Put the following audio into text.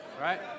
right